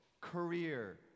career